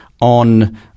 on